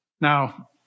Now